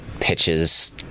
pitches